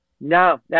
No